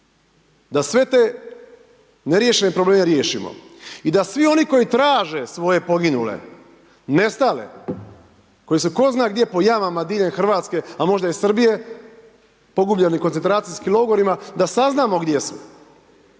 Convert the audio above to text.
da sve te neriješene probleme riješimo. I da svi oni koji traže svoje poginule, nestale, koji su tko zna gdje po jamama diljem Hrvatske, a možda i Srbije pogubljeni u koncentracijskim logorima da saznamo gdje su,